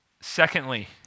Secondly